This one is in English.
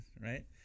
Right